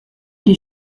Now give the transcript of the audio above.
die